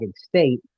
state